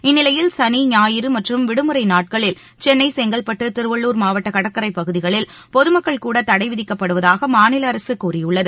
இந்நிலையில் சனி ஞாயிறு மற்றும் விடுமுறை நாட்களில் சென்னை செங்கல்பட்டு திருவள்ளூர் மாவட்ட கடற்கரை பகுதிகளில் பொதுமக்கள் கூட தடை விதிக்கப்படுவதாக மாநில அரசு கூறியுள்ளது